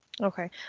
Okay